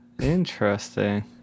Interesting